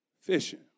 fishing